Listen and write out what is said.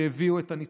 שהביאו את הניצחון,